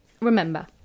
Remember